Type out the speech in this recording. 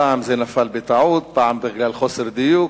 פעם זה נפל בטעות, פעם בגלל חוסר דיוק,